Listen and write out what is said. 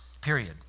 Period